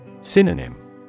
Synonym